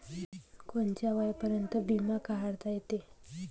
कोनच्या वयापर्यंत बिमा काढता येते?